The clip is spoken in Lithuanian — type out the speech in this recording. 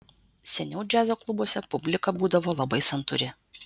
seniau džiazo klubuose publika būdavo labai santūri